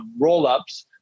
rollups